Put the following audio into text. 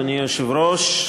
אדוני היושב-ראש,